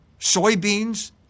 Soybeans